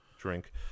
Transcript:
drink